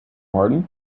pardon